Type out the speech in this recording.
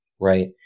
right